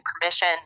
permission